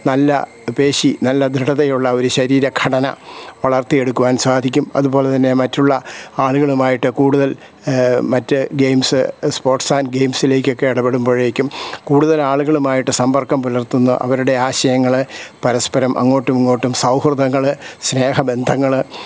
നല്ല പേശി നല്ല ദൃഢതയുള്ള ഒരു ശരീരഘടന വളർത്തിയെടുക്കുവാൻ സാധിക്കും അതുപോലെ തന്നെ മറ്റുള്ള ആളുകളുമായിട്ട് കൂടുതൽ മറ്റു ഗെയിംസ് സ്പോർട്സ് ആൻഡ് ഗെയിംസിലേക്കൊക്കെ ഇടപെടുമ്പോഴേക്കും കൂടുതൽ ആളുകളുമായിട്ട് സമ്പർക്കം പുലർത്തുന്ന അവരുടെ ആശയങ്ങൾ പരസ്പരം അങ്ങോട്ടുമിങ്ങോട്ടും സൗഹൃദങ്ങൾ സ്നേഹബന്ധങ്ങൾ